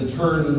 turn